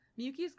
Miyuki's